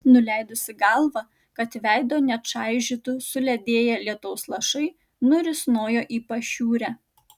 nuleidusi galvą kad veido nečaižytų suledėję lietaus lašai nurisnojo į pašiūrę